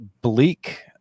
bleak